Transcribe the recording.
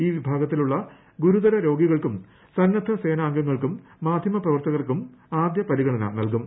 ഈ വിഭാഗത്തിലുളള ഗുരുതര രോഗികൾക്കും സന്നദ്ധ സേനാംഗങ്ങൾക്കും മാധ്യമ പ്രവർത്തകർക്കും ആദ്യ പരിഗണന നൽക്കും